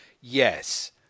Yes